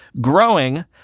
growing